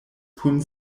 kun